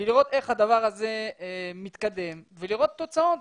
ולראות איך הדבר הזה מתקדם ולראות תוצאות.